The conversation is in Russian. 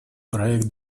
проект